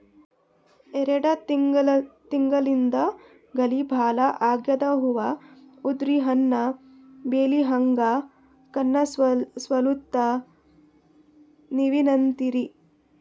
ಎರೆಡ್ ತಿಂಗಳಿಂದ ಗಾಳಿ ಭಾಳ ಆಗ್ಯಾದ, ಹೂವ ಉದ್ರಿ ಹಣ್ಣ ಬೆಳಿಹಂಗ ಕಾಣಸ್ವಲ್ತು, ನೀವೆನಂತಿರಿ?